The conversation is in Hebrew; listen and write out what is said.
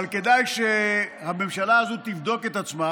אבל כדאי שהממשלה הזאת תבדוק את עצמה,